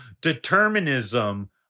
determinism